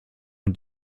und